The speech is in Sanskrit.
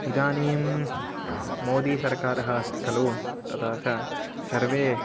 इदानीं मोदी सर्वकारः अस्ति खलु तथा च सर्वे